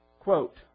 Quote